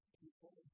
people